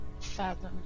Fathom